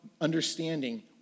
understanding